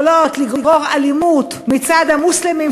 יכולות לגרור אלימות מצד המוסלמים,